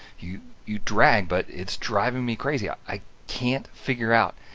you you drag, but it's driving me crazy. ah i can't figure out,